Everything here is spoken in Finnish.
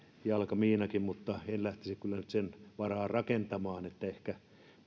jalkamiinakin on mutta en lähtisi kyllä nyt sen varaan rakentamaan ehkä